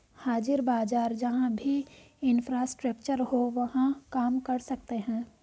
हाजिर बाजार जहां भी इंफ्रास्ट्रक्चर हो वहां काम कर सकते हैं